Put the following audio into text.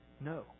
no